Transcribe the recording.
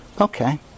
Okay